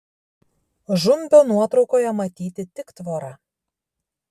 žumbio nuotraukoje matyti tik tvora